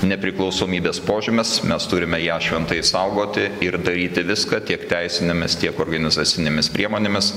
nepriklausomybės požymis mes turime ją šventai saugoti ir daryti viską tiek teisinėmis tiek organizacinėmis priemonėmis